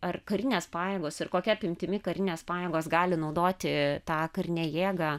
ar karinės pajėgos ir kokia apimtimi karinės pajėgos gali naudoti tą karinę jėgą